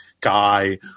guy